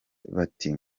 bati